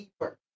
deeper